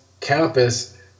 campus